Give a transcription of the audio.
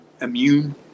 immune